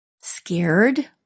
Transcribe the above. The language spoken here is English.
scared